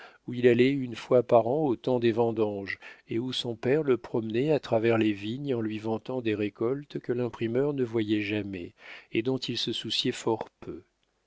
où il allait une fois par an au temps des vendanges et où son père le promenait à travers les vignes en lui vantant des récoltes que l'imprimeur ne voyait jamais et dont il se souciait fort peu